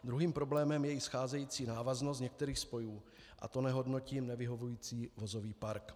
Druhým problémem je i scházející návaznost některých spojů, a to nehodnotím nevyhovující vozový park.